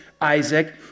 Isaac